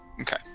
Okay